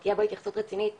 ושתהיה בו התייחסות רצינית